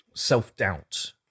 self-doubt